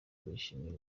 bishimiye